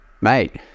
mate